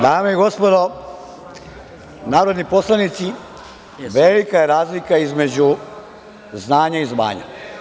Dame i gospodo narodni poslanici, velika je razlika između znanja i zvanja.